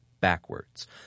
backwards